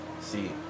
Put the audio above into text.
See